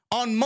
on